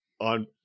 on